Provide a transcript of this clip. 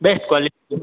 best quality